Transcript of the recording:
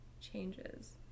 changes